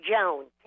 Jones